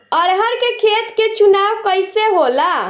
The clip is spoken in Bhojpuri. अरहर के खेत के चुनाव कइसे होला?